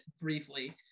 briefly